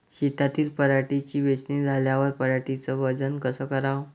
शेतातील पराटीची वेचनी झाल्यावर पराटीचं वजन कस कराव?